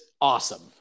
awesome